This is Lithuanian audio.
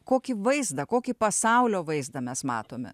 kokį vaizdą kokį pasaulio vaizdą mes matome